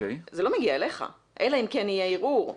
זה לא מגיע אליך אלא אם כן יהיה ערעור.